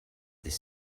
ddydd